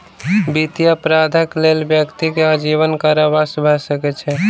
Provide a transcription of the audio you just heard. वित्तीय अपराधक लेल व्यक्ति के आजीवन कारावास भ सकै छै